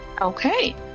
Okay